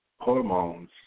hormones